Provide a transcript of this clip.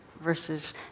versus